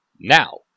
Now